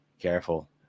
careful